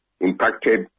impacted